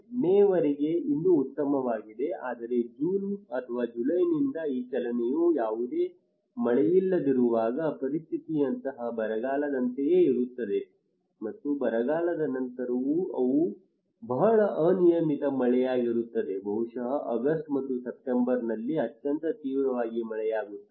ಮೇ ವರೆಗೆ ಇನ್ನೂ ಉತ್ತಮವಾಗಿದೆ ಆದರೆ ಜೂನ್ ಅಥವಾ ಜುಲೈನಿಂದ ಈ ಚಲನೆಯು ಯಾವುದೇ ಮಳೆಯಿಲ್ಲದಿರುವಾಗ ಪರಿಸ್ಥಿತಿಯಂತಹ ಬರಗಾಲದಂತೆಯೇ ಇರುತ್ತದೆ ಮತ್ತು ಬರಗಾಲದ ನಂತರ ಅವು ಬಹಳ ಅನಿಯಮಿತ ಮಳೆಯಾಗಿರುತ್ತದೆ ಬಹುಶಃ ಆಗಸ್ಟ್ ಮತ್ತು ಸೆಪ್ಟೆಂಬರ್ನಲ್ಲಿ ಅತ್ಯಂತ ತೀವ್ರವಾದ ಮಳೆಯಾಗುತ್ತದೆ